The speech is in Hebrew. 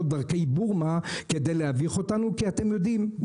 דרכי בורמה כדי להביך אותנו כי אתם יודעים,